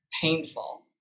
painful